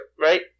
Right